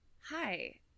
hi